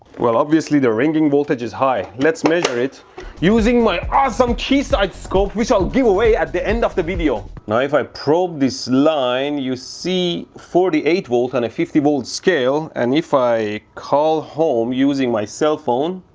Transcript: well, obviously the ringing voltage is high. let's measure it using my awesome keysight scope! which i'll give away at the end of the video! now if i probe this line you see forty eight volt on a fifty volt scale and if i call home using my cell phone